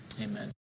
Amen